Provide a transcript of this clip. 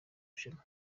rushanwa